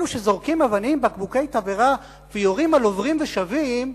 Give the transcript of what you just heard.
אלו שזורקים אבנים ובקבוקי תבערה ויורים על עוברים ושבים,